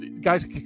guys